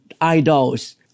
idols